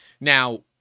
Now